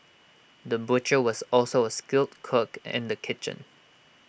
the butcher was also A skilled cook in the kitchen